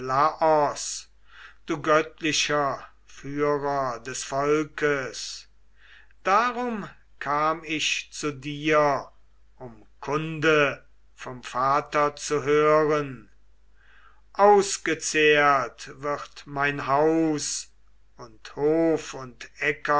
du göttlicher führer des volkes darum kam ich zu dir um kunde vom vater zu hören ausgezehrt wird mein haus und hof und